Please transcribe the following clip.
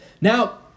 Now